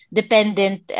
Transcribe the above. dependent